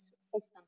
systems